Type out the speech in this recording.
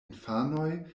infanoj